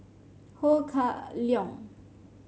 Ho Kah Leong